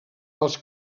als